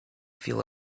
feel